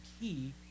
key